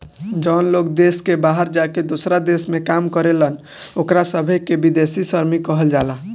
जवन लोग देश के बाहर जाके दोसरा देश में काम करेलन ओकरा सभे के विदेशी श्रमिक कहल जाला